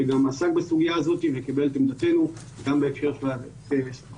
שגם עסק בסוגיה הזאת וקיבל את עמדתנו גם בהקשר של המהות.